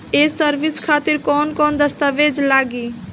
ये सर्विस खातिर कौन कौन दस्तावेज लगी?